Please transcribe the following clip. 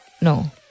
No